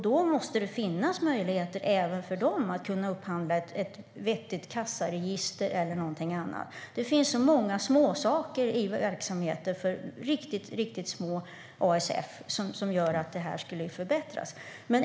Det måste finnas möjligheter även för dem att upphandla ett vettigt kassaregister eller någonting annat. Det finns så många småsaker i verksamheter för riktigt små ASF:er som skulle göra att detta förbättrades.